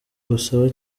gusaba